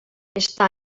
està